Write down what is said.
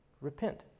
Repent